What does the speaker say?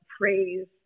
praise